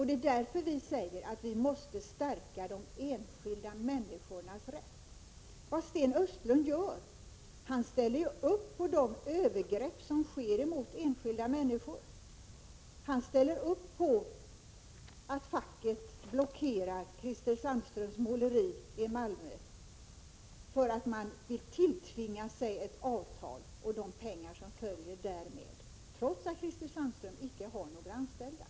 Det är därför vi säger att vi måste stärka de enskilda människornas rätt. Vad Sten Östlund gör är att ställa upp på de övergrepp som sker mot enskilda människor. Han ställer upp på att facket blockerar Christer Sandströms Måleri i Malmö för att tilltvinga sig ett avtal och de pengar som följer därmed, trots att Christer Sandström inte har några anställda.